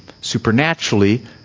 supernaturally